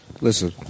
Listen